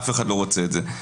אף אחד לא רוצה את זה.